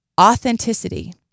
Authenticity